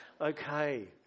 Okay